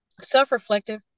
self-reflective